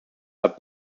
are